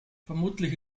vermutlich